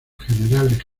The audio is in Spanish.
generales